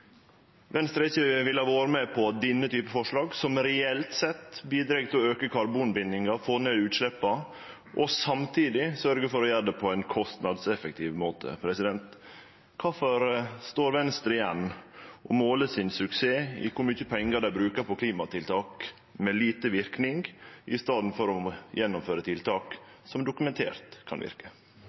Venstre har ikkje vilja vere med på denne typen forslag, som reelt sett bidreg til å auke karbonbindinga, få ned utsleppa og samtidig sørgje for å gjere det på ein kostnadseffektiv måte. Kvifor står Venstre igjen og måler sin suksess i kor mykje pengar dei bruker på klimatiltak med liten verknad, i staden for å gjennomføre tiltak som dokumentert kan verke?